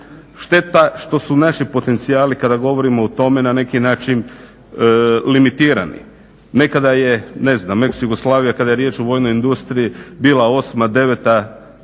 Šteta što su naši potencijali kada govorimo o tome na neki način limitirani. Nekada je, ne znam, ex Jugoslavija kada je riječ o vojnoj industriji bila 8, 9 sila